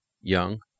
young